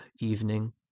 evening